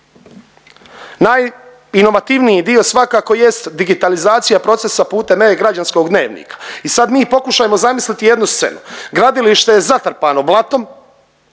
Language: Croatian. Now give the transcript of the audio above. Najinovativniji dio svakako jest digitalizacija proces putem e-građanskog dnevnika i sad mi pokušajmo zamisliti jednu scenu. Gradilište je zatrpano blatom,